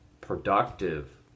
productive